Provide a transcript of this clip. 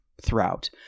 throughout